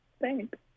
Thanks